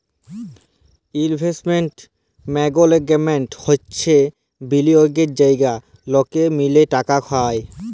investment মাল্যেগমেন্ট হচ্যে বিলিয়গের জায়গা লকে মিলে টাকা খাটায়